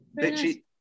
bitchy